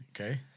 Okay